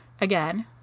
again